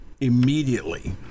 immediately